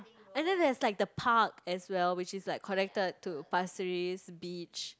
and then there's like the park as well which is like connected to pasir-ris Beach